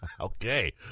Okay